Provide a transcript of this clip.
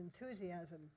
enthusiasm